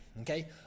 okay